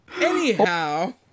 Anyhow